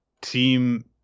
Team